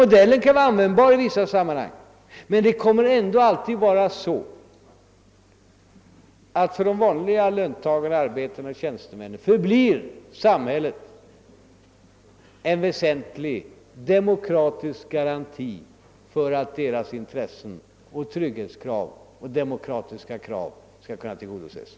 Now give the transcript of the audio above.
Modellen kan vara användbar i vissa sammanhang, men för de vanliga löntagarna — för arbetare och tjänstemän — förblir nog samhället en väsentlig demokratisk garanti för att deras intressen, trygghetskrav och demokratiska krav skall kunna tillgodoses.